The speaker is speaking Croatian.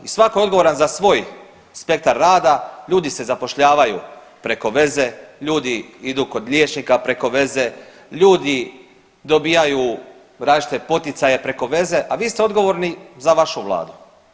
I svako je odgovoran za svoj spektar rada, ljudi se zapošljavaju preko veze, ljudi idu kod liječnika preko veze, ljudi dobijaju različite poticaje preko veze, a vi ste odgovorni za vašu vladu.